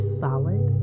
solid